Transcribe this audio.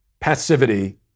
passivity